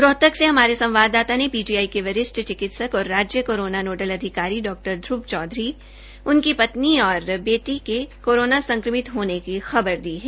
रोहतक से हमारे संवाददाता ने पीजीआई के वरिष्ठ चिकित्सक और राज्य कोरोना नोडल अधिकारी डॉ ध्रव चौधरी उनकी पत्नी और बेटी के कोरोना संक्रमित होने की खबर दी है